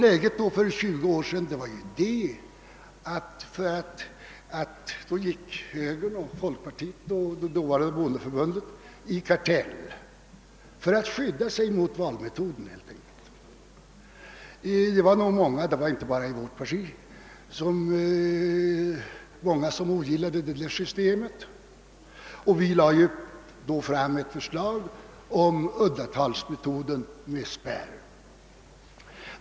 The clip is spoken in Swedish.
Läget för 20 år sedan var att högern, folkpartiet och det dåvarande bondeförbundet gick i kartell för att skydda sig mot valmetoden. Det var nog många — inte bara i vårt parti — som ogillade det systemet. Vi lade då fram ett förslag om uddatalsmetoden med spärr.